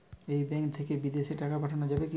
এই ব্যাঙ্ক থেকে বিদেশে টাকা পাঠানো যাবে কিনা?